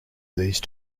these